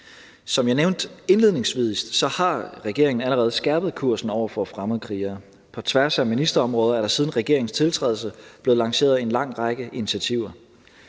Som jeg nævnte indledningsvis, har regeringen allerede skærpet kursen over for fremmedkrigere. På tværs af ministerområder er der siden regeringens tiltræden blevet lanceret en lang række initiativer.